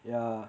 ya